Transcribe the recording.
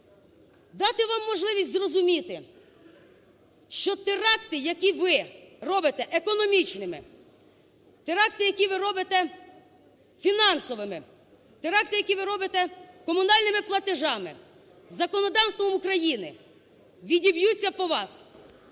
Дати вам можливість зрозуміти, що теракти, які ви робите економічними, теракти, які ви робите фінансовими, теракти, які ви робите комунальними платежами, законодавством України, відіб'ються по вас…